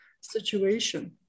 situation